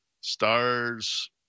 Stars